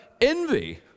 envy